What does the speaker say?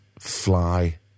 fly